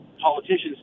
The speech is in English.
politicians